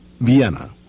Vienna